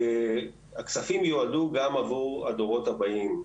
הכספים יועדו גם עבור הדורות הבאים,